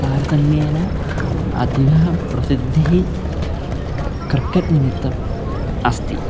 तारतम्येन अधिका प्रसिद्धिः क्रिकेट् निमित्तम् अस्ति